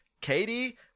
Katie